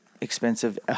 expensive